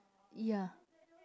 ya